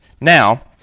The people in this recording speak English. Now